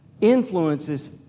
influences